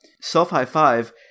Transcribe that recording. Self-high-five